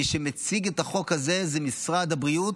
מי שמציג את החוק הזה הוא משרד הבריאות,